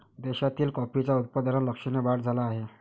देशातील कॉफीच्या उत्पादनात लक्षणीय वाढ झाला आहे